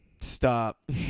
stop